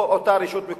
או את אותה רשות מקומית.